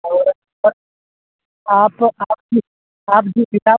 और और आप आपकी आप जिस हिसाब